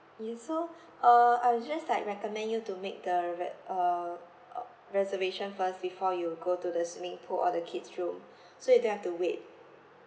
yes so uh I would just like recommend you to make the re~ uh uh reservation first before you go to the swimming pool or the kids room so you don't have to wait